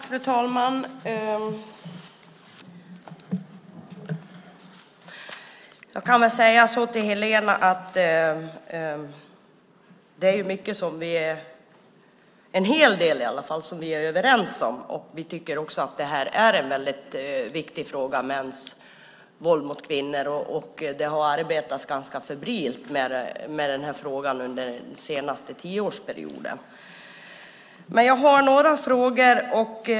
Fru talman! Jag kan väl säga så till Helena att det är mycket, en hel del i alla fall, som vi är överens om. Vi tycker också att mäns våld mot kvinnor är en väldigt viktig fråga. Det har arbetats ganska febrilt med den här frågan under den senaste tioårsperioden. Jag har några frågor.